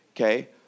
Okay